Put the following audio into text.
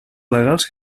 legals